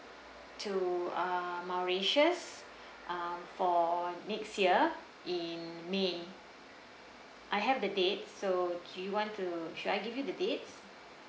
to ah mauritius uh for next year in may I have the date so do you want to should I give you the dates